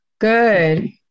good